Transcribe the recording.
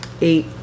Eight